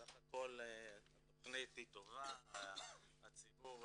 בסך הכל התכנית היא טובה, הציבור